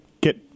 get